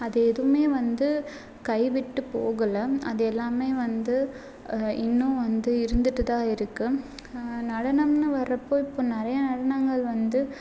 அது எதுவுமே வந்து கைவிட்டு போகலை அது எல்லாமே வந்து இன்னும் வந்து இருந்துகிட்டு தான் இருக்கு நடனம்ன்னு வர்றப்போ இப்போ நிறைய நடனங்கள் வந்து